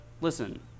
listen